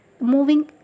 Moving